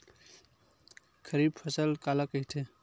खरीफ फसल काला कहिथे?